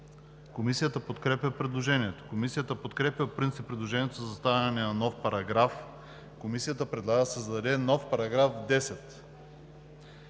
Комисията подкрепя предложението. Комисията подкрепя по принцип предложението за създаване на нов параграф. Комисията предлага да се създаде нов § 10: „§ 10.